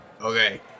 Okay